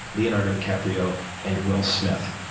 leonardo dicaprio and will smith.